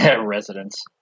residents